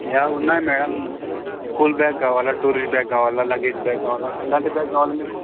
yeah ఉన్నాయి madam school bag కావాలా tourist bag కావాలా లగేజ్ బ్యాగ్ కావాలా ఎలాంటి బ్యాగ్ కావాలి మీకు